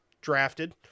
drafted